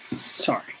sorry